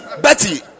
Betty